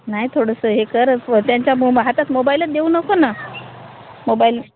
नाय थोडंसं हे करत त्यांच्या हातात मोबाईलच देऊ नको ना मोबाईल